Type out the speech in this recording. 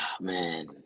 Man